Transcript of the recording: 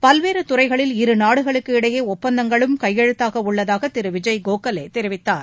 பல்வேறு துறைகளில் இருநாடுகளுக்கு இடையே ஒப்பந்தங்களும் கையெழுத்தாக உள்ளதாக திரு விஜய் கோகலே தெரிவித்தார்